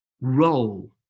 role